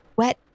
wet